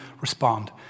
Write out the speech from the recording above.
respond